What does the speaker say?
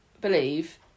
believe